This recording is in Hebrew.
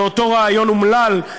באותו ריאיון אומלל,